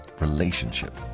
relationship